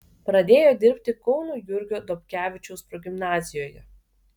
pradėjo dirbti kauno jurgio dobkevičiaus progimnazijoje